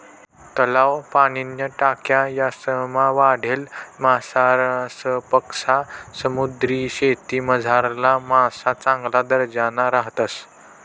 तलाव, पाणीन्या टाक्या यासमा वाढेल मासासपक्सा समुद्रीशेतीमझारला मासा चांगला दर्जाना राहतस